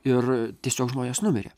ir tiesiog žmonės numirė